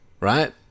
right